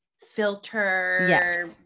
filter